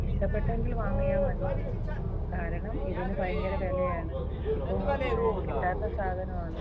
ഇഷ്ടപ്പെട്ടെങ്കിൽ വാങ്ങിയാൽ മതി ആ കാരണം ഇതിന് ഭയങ്കര വിലയാണ് ഇപ്പം കിട്ടാത്ത സാധനവാണ്